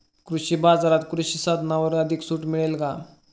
कृषी बाजारात कृषी साधनांवर अधिक सूट मिळेल का?